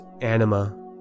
anima